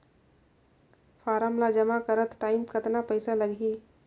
Form ला जमा करत टाइम कतना पइसा लगही?